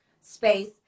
space